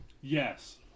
Yes